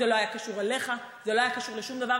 זה לא היה קשור אליך, זה לא היה קשור לשום דבר.